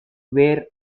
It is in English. where